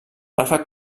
ràfec